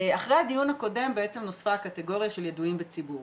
אחרי הדיון הקודם נוצרה קטגוריה של ידועים בציבור